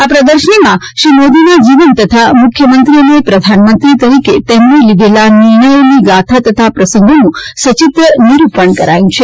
આ પ્રદર્શનીમાં શ્રી મોદીના જીવન તથા મુખ્યમંત્રી અને પ્રધાનમંત્રી તરીકે તેમણે લીધેલા નિર્ણયોની ગાથા તથા પ્રસંગોનું સચિત્ર નિરૂપણ કરાયું છે